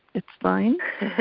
it's fine.